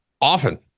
often